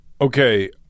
Okay